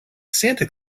santa